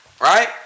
Right